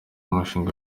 umushinga